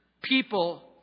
people